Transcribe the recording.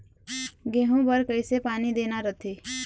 गेहूं बर कइसे पानी देना रथे?